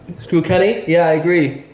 screw kenny? yeah, i agree.